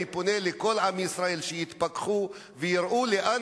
אני פונה לכל עם ישראל שיתפכחו ויראו לאן